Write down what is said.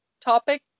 topic